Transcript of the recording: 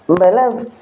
ବୋଲେ